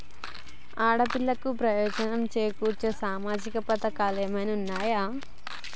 ఆడపిల్లలకు ప్రయోజనం చేకూర్చే సామాజిక పథకాలు ఏమైనా ఉన్నయా?